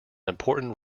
important